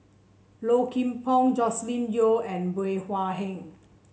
Low Kim Pong Joscelin Yeo and Bey Hua Heng